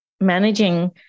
managing